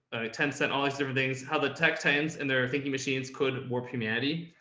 ten cent, all these different things, how the tech tens and their thinking machines could warp humanity.